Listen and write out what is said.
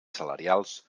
salarials